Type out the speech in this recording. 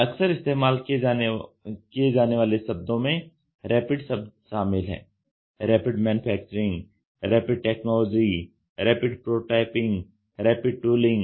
अक्सर इस्तेमाल किए जाने वाले शब्दों में "रैपिड" शब्द शामिल हैं rapid manufacturing rapid technology rapid prototyping rapid tooling